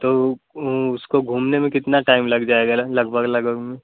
तो ओ उसको घूमने में कितना टाइम लग जाएगा लगभग लगभग में